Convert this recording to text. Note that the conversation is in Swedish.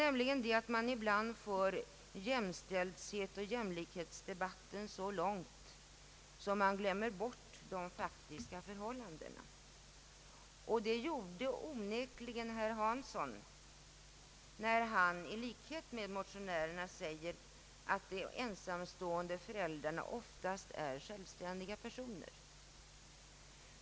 Ibland för man jämställdhetsoch jämlikhetsdebatten så långt att man glömmer bort de faktiska förhållandena. Det gjorde onekligen herr Hansson när han i likhet med motionärerna säger att de ensamstående föräldrarna oftast är självständiga personer.